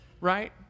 right